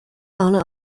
only